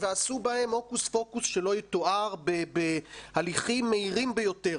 ועשו בהם הוקוס פוקוס שלא יתואר בהליכים מהירים ביותר.